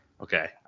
Okay